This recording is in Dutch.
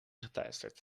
geteisterd